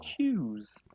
shoes